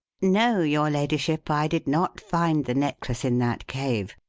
no, your ladyship, i did not find the necklace in that cave,